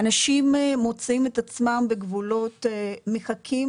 האנשים מוצאים את עצמם בגבולות מחכים